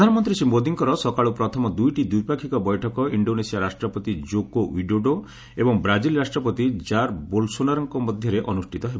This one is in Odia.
ପ୍ରଧାନମନ୍ତ୍ରୀ ଶ୍ରୀ ମୋଦିଙ୍କର ସକାଳୁ ପ୍ରଥମ ଦୁଇଟି ଦ୍ୱିପାକ୍ଷିକ ବୈଠକ ଇଣ୍ଡୋନେସିଆ ରାଷ୍ଟ୍ରପତି ଜୋକୋ ଓ୍ୱଡୋଡୋ ଏବଂ ବ୍ରାଜିଲ୍ ରାଷ୍ଟ୍ରପତି ଜାର୍ ବୋଲ୍ସୋନାରୋଙ୍କ ମଧ୍ୟରେ ଅନୁଷ୍ଠିତ ହେବ